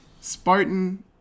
Spartan